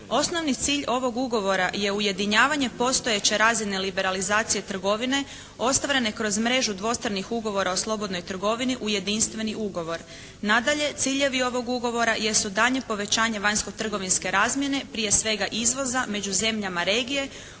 Osnovni cilj ovog ugovora je ujedinjavanje postojeće razine liberalizacije trgovine ostvarene kroz mrežu dvostranih ugovora o slobodnoj trgovini u jedinstveni ugovor. Nadalje ciljevi ovog ugovora jesu: daljnje povećanje vanjskotrgovinske razmjene, prije svega izvoza među zemljama regije,